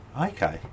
okay